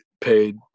paid